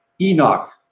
Enoch